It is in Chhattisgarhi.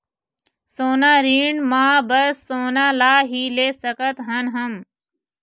सोना ऋण मा बस सोना ला ही ले सकत हन हम?